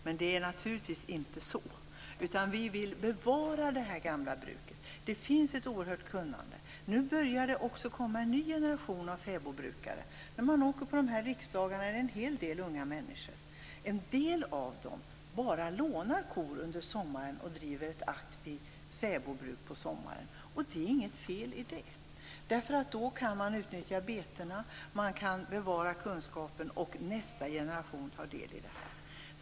Men det är naturligtvis inte så, utan Miljöpartiet vill bevara det här gamla bruket. Det finns ett oerhört stort kunnande. Nu börjar det också komma en ny generation av fäbodbrukare. När man åker på de här riksdagarna ser man en hel del unga människor. En del av dem bara lånar kor över sommaren och driver ett aktivt fäbodbruk. Det är inget fel i det. På så sätt kan man nämligen utnyttja betena, bevara kunskapen och låta nästa generation ta del av detta.